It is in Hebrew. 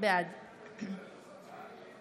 בעד